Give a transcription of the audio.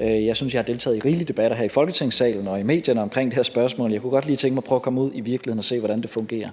Jeg synes, jeg har deltaget i rigelig mange debatter her i Folketingssalen og i medierne om det her spørgsmål. Jeg kunne godt tænke mig at prøve at komme ud i virkeligheden og se, hvordan det fungerer.